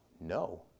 No